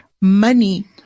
money